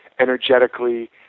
energetically